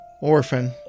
orphan